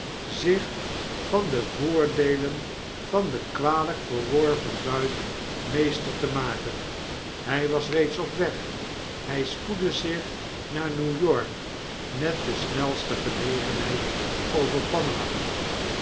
zich van de voordeelen van den kwalyk verworven buit meester te maken hy was reeds op weg hy spoedde zich naar new-york met de snelste gelegenheid over